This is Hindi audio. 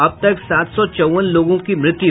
अब तक सात सौ चौवन लोगों की मृत्यु